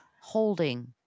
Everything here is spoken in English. holding